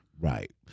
Right